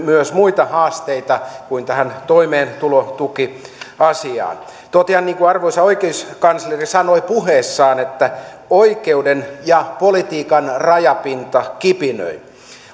myös muita haasteita kuin tämä toimeentulotukiasia totean niin kuin arvoisa oikeuskansleri sanoi puheessaan että oikeuden ja politiikan rajapinta kipinöi